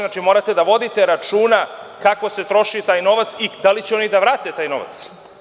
Znači, morate da vodite računa kako se troši taj novac i da li će oni da vrate taj novac.